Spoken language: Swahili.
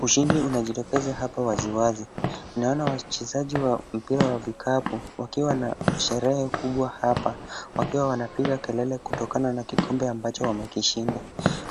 Ushindi unajitokeza hapa wazi wazi. Naona wachezaji wa mpira wa vikapu wakiwa na sherehe kubwa hapa wakiwa wanapiga kelele kutokana na kikombe ambacho wamekishinda.